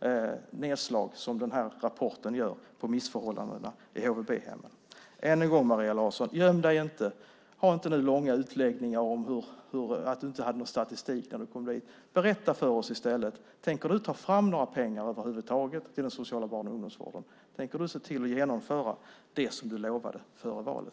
de nedslag som rapporten gör på missförhållandena vid HVB-hemmen. Än en gång, Maria Larsson: Göm dig inte! Gör nu inte långa utläggningar om att du inte hade någon statistik när du tillträdde! Berätta i stället för oss: Tänker du ta fram några pengar över huvud taget till den sociala barn och ungdomsvården? Tänker du se till att genomföra det som du lovade före valet?